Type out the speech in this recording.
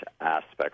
aspects